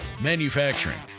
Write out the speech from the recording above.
Manufacturing